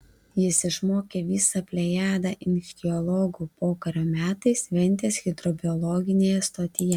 jis išmokė visą plejadą ichtiologų pokario metais ventės hidrobiologinėje stotyje